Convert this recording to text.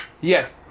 Yes